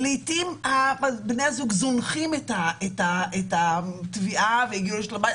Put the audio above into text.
לעיתים בני הזוג זונחים את התביעה והגיעו לשום בית.